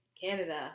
Canada